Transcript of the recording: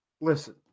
Listen